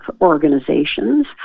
organizations